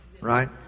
Right